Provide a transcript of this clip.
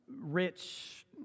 Rich